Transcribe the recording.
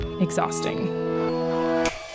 exhausting